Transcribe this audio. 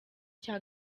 cya